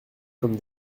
comme